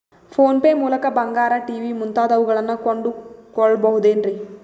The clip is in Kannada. ಫೋನ್ ಪೇ ಮೂಲಕ ಬಂಗಾರ, ಟಿ.ವಿ ಮುಂತಾದವುಗಳನ್ನ ಕೊಂಡು ಕೊಳ್ಳಬಹುದೇನ್ರಿ?